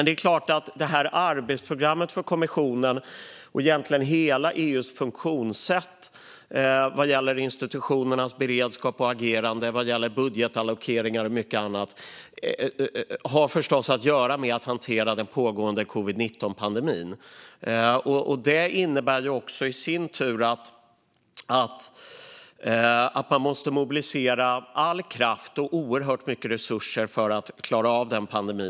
Det är klart att detta arbetsprogram för kommissionen, och egentligen hela EU:s funktionssätt vad gäller institutionernas beredskap och agerande i fråga om budgetallokeringar och mycket annat, handlar om att hantera den pågående covid-19-pandemin. Det innebär också i sin tur att man måste mobilisera all kraft och oerhört mycket resurser för att klara av denna pandemi.